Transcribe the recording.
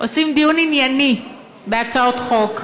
עושים דיון ענייני בהצעות חוק,